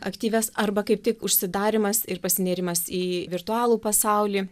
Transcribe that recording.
aktyvias arba kaip tik užsidarymas ir pasinėrimas į virtualų pasaulį